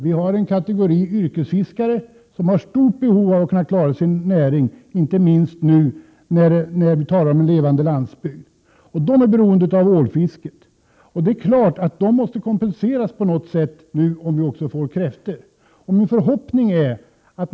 Vi har en kategori yrkesfiskare, som har stort behov av att klara sin näring, inte minst nu när man talar om en levande landsbygd. De är beroende av ålfisket. Dessa yrkesfiskare måste naturligtvis kompenseras på något sätt, om det nu också tillkommer kräftor.